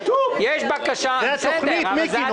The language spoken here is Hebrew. זה כן בתוך ה-flat.